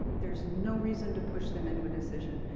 there's no reason to push them into a decision.